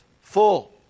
full